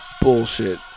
bullshit